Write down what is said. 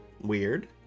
Weird